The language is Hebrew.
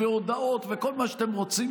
הודעות וכל מה שאתם רוצים,